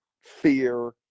fear